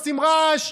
עושים רעש,